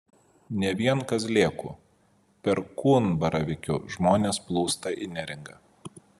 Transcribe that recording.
ne vien kazlėkų perkūnbaravykių žmonės plūsta į neringą